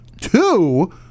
Two